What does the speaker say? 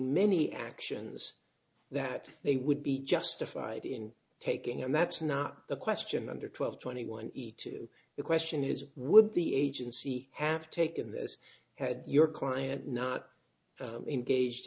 many actions that they would be justified in taking and that's not the question under twelve twenty one two the question is would the agency have taken this had your client not engaged